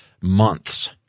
months